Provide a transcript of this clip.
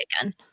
again